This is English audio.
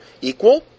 equal